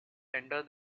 enter